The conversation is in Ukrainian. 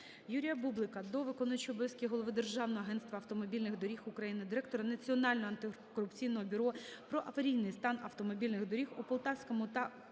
Юрія Бублика до виконуючого обов'язків Голови Державного агентства автомобільних доріг України, Директора Національного антикорупційного бюро про аварійний стан автомобільних доріг у Полтавському та Котелевському